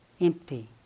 empty